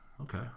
Okay